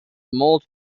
molde